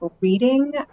reading